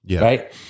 right